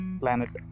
planet